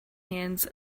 hands